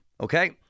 okay